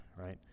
right